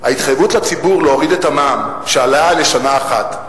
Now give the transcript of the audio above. ההתחייבות לציבור להוריד את המע"מ שעלה לשנה אחת,